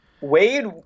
Wade